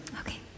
Okay